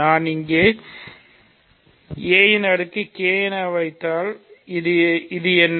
நான் இங்கே a அடுக்கு k என வைத்தால் இது என்ன